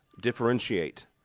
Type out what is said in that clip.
differentiate